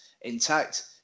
intact